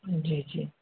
जी जी